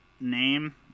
name